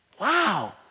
Wow